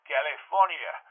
California